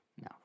No